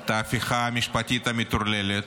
את ההפיכה המשפטית המטורללת,